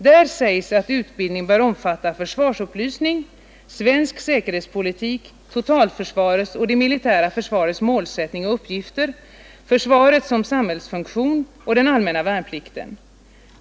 Där sägs att utbildningen bör omfatta försvarsupplysning, svensk säkerhetspolitik, totalförsvarets och det militära försvarets målsättning och uppgifter, försvaret som samhällsfunktion och den allmänna värnplikten.